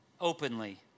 openly